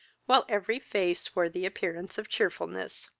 while every face wore the appearance of cheerfulness.